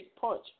punch